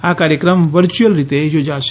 આ કાર્યક્રમ વર્ચ્યુઅલ રીતે યોજાશે